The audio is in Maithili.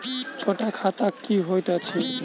छोट खाता की होइत अछि